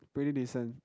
pretty decent